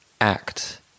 act